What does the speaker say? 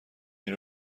این